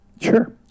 sure